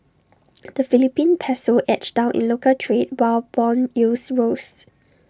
the Philippine Peso edged down in local trade while Bond yields rose